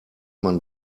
man